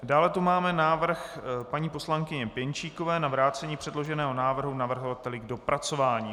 Dále tu máme návrh paní poslankyně Pěnčíkové na vrácení předloženého návrhu navrhovateli k dopracování.